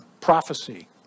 prophecy